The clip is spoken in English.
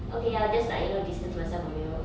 okay I'll just like you know distance myself from you